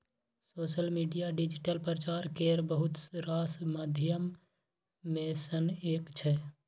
social media digital प्रचार केर बहुत रास माध्यम मे सँ एक छै